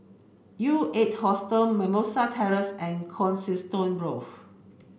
U Eight Hostel Mimosa Terrace and Coniston Grove